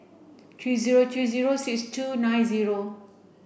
three zero three zero six two nine zero